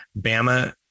Bama